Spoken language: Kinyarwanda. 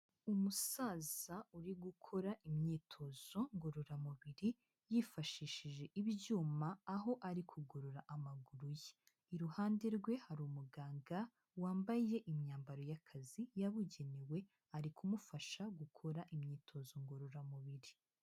Umusaza uri gukora imyitozo ngororamubiri yifashishije ibyuma aho ari kugorora amaguru ye, iruhande rwe hari umuganga wambaye imyambaro y'akazi yabugenewe ari kumufasha gukora imyitozo ngororamubiri.